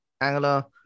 Angela